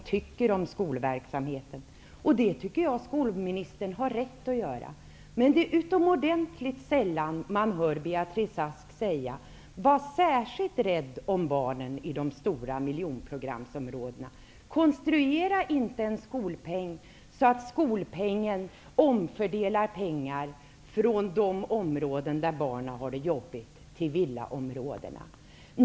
Hon tycker om skolverksamheten. Det tycker jag att skolministern har rätt att göra. Men det är utomordentligt sällan man hör Beatrice Ask säga att vi skall vara särskilt rädda om barnen i de stora miljonprogramsområdena och att vi inte skall konstruera en skolpeng så att den omfördelar pengar från de områden där barnen har det jobbigt till villaområdena.